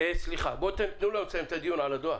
סליחה, תנו לנו לסיים את הדיון על הדואר.